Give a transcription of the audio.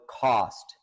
cost